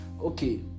Okay